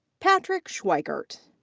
patrick schweickert.